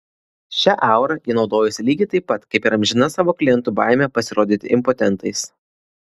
šia aura ji naudojosi lygiai taip pat kaip ir amžina savo klientų baime pasirodyti impotentais